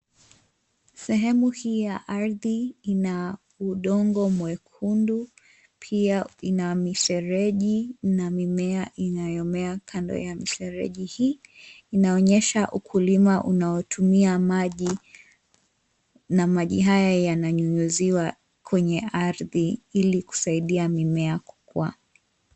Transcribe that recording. Sehemu hii ya ardhi ina udongo mwekundu. Pia ina mifereji na mimea inayomea kando ya mifereji. Hii inaonyesha ukulima unaotumia maji na maji haya yananyunyuziwa kwenye ardhi ili kusaidia mimea kukua.